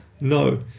No